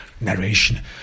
narration